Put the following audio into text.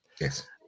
Yes